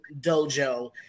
Dojo